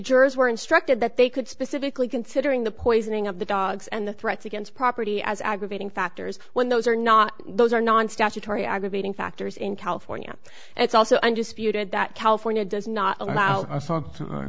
jurors were instructed that they could specifically considering the poisoning of the dogs and the threats against property as aggravating factors when those are not those are non statutory aggravating factors in california and it's also undisputed that california does not allow